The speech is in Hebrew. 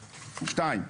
שניים,